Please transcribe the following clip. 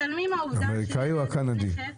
האמריקאי או הקנדי?